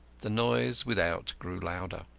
the noise without grew louder.